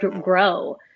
grow